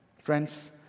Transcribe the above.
Friends